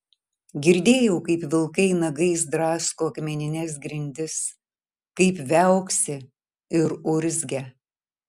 girdėjau kaip vilkai nagais drasko akmenines grindis kaip viauksi ir urzgia